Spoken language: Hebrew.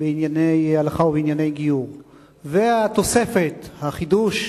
בענייני הלכה ובענייני גיור והתוספת, החידוש,